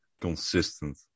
consistent